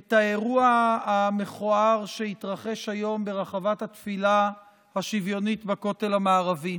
את האירוע המכוער שהתרחש היום ברחבת התפילה השוויונית בכותל המערבי.